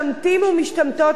למה אתה לא